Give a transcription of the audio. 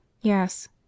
Yes